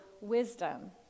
wisdom